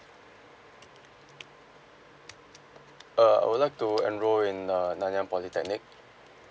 uh I would like to enroll in uh nanyang polytechnic